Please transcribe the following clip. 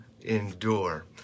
endure